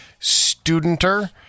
studenter